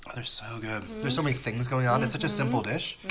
ah they're so good. there are so many things going on. it's such a simple dish.